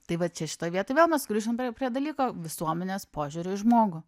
tai vat čia šitoj vietoj vėl mes sugrįžtam prie dalyko visuomenės požiūrio į žmogų